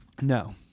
no